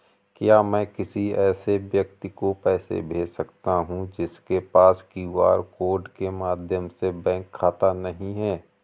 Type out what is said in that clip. क्या मैं किसी ऐसे व्यक्ति को पैसे भेज सकता हूँ जिसके पास क्यू.आर कोड के माध्यम से बैंक खाता नहीं है?